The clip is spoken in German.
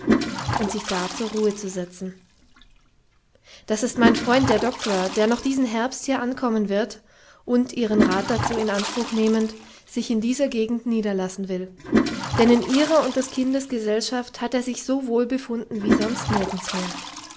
und sich da zur ruhe zu setzen das ist mein freund der doktor der noch diesen herbst hier ankommen wird und ihren rat dazu in anspruch nehmend sich in dieser gegend niederlassen will denn in ihrer und des kindes gesellschaft hat er sich so wohl befunden wie sonst nirgends mehr